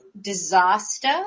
disaster